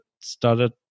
started